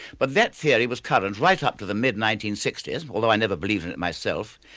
but that theory was current right up to the mid nineteen sixty s, although i never believed in it myself,